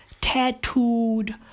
tattooed